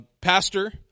pastor